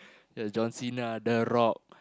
John-Cena The-Rock